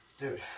Dude